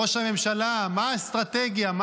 ראש הממשלה, מה האסטרטגיה?